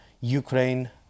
ukraine